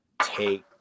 Take